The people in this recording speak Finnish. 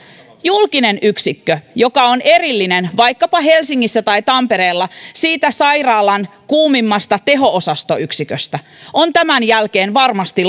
julkinen yksikkö joka on erillinen vaikkapa helsingissä tai tampereella siitä sairaalan kuumimmasta teho osastoyksiköstä on tämän jälkeen varmasti